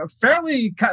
fairly